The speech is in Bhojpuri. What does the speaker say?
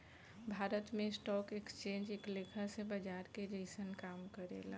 भारत में स्टॉक एक्सचेंज एक लेखा से बाजार के जइसन काम करेला